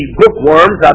bookworms